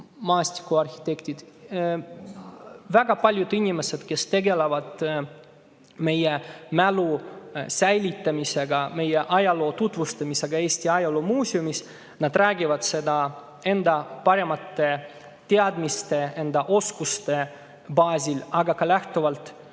maastikuarhitektid, väga paljud inimesed, kes tegelevad meie mälu säilitamisega, meie ajaloo tutvustamisega Eesti Ajaloomuuseumis, siis nad räägivad seda enda paremate teadmiste ja enda oskuste baasil, aga ka lähtuvalt